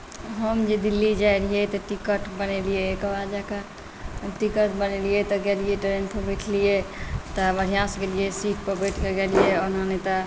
हम जे दिल्ली जाइ रहिए तऽ टिकट बनेलिए ओकर बाद जाकऽ टिकट बनेलिए तऽ गेलिए ट्रेनपर बैठलिए तऽ बढ़िआँसँ गेलिए सीटपर बैठिकऽ गेलिए ओना नहि तऽ